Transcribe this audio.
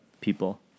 people